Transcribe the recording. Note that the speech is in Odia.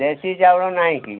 ଦେଶୀ ଚାଉଳ ନାହିଁ କି